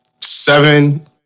Seven